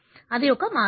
అది ఒక మార్గం